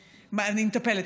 "מטפלת",